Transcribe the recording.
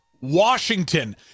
Washington